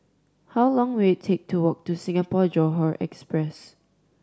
how long will it take to walk to Singapore Johore Express